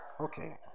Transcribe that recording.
Okay